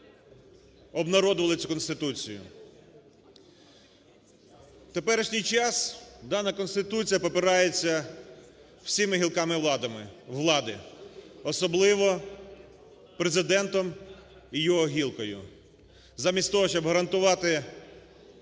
час дана Конституція попирається всіма гілками влади, особливо Президентом і його гілкою. Замість того, щоб гарантувати